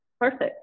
Perfect